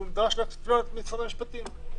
הוא נדרש לתשובות ממשרד המשפטים.